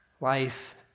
life